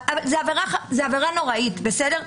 זו עבירה נוראית, בסדר?